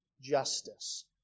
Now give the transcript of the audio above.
justice